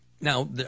Now